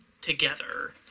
together